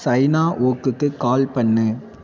China வோக்குக்கு call பண்ணு